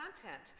content